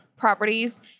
properties